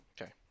Okay